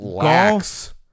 golf